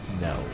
no